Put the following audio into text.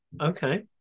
Okay